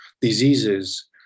diseases